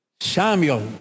Samuel